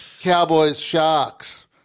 Cowboys-Sharks